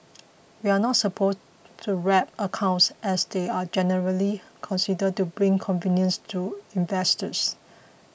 we are not supposed to wrap accounts as they are generally considered to bring convenience to investors